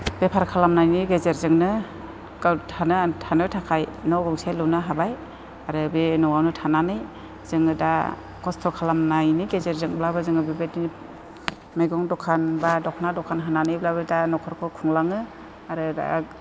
बेफार खालामनायनि गेजेरजोंनो गाव थानो थानो थाखाय न' गंसे लुनो हाबाय आरो बे न'आवनो थानानै जोङो दा खस्थ' खालामनायनि गेजेरजोंब्लाबो जोङो बेबायदिनो मैगं दखान एबा दख'ना दखान होनानैब्लाबो दा न'खरखौ खुंलाङो आरो